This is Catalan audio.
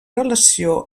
relació